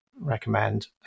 recommend